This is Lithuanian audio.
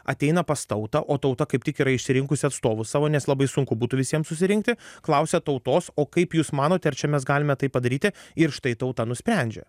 ateina pas tautą o tauta kaip tik yra išsirinkusi atstovus savo nes labai sunku būtų visiem susirinkti klausia tautos o kaip jūs manot ar čia mes galime taip padaryti ir štai tauta nusprendžia